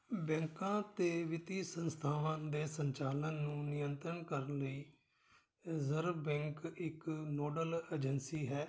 ਬੈਂਕਾਂ ਅਤੇ ਵਿੱਤੀ ਸੰਸਥਾਵਾਂ ਦੇ ਸੰਚਾਲਨ ਨੂੰ ਨਿਯੰਤਰਨ ਕਰਨ ਲਈ ਰਿਜਰਵ ਬੈਂਕ ਇੱਕ ਨੋਡਲ ਏਜੰਸੀ ਹੈ